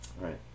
Right